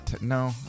No